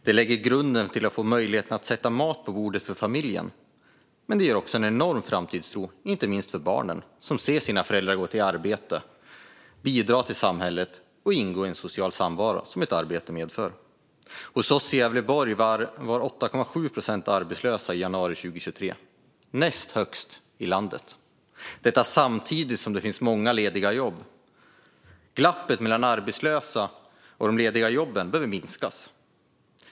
Det lägger grunden till att få möjlighet att sätta mat på bordet för familjen, och det ger också en enorm framtidstro - inte minst för barnen som ser sina föräldrar gå till arbetet, bidra till samhället och ta del av den sociala samvaro som ett arbete medför. Hos oss i Gävleborg var 8,7 procent arbetslösa i januari 2023, den näst högsta siffran i landet - samtidigt som det finns många lediga jobb. Glappet mellan de arbetslösa och de lediga jobben behöver minskas.